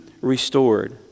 restored